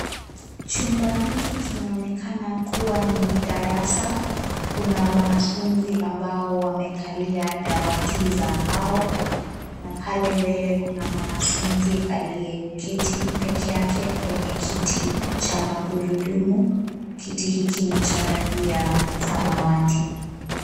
Chumba hiki kinaonekana kuwa ni darasa. Kuna wanafunzi ambao wamekalia dawati za mbao, na pale mbele kuna mwanafunzi aliyeketi peke yake kwenye kiti cha magurudumu. Kiti hiki ni cha rangi ya samawati.